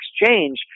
exchange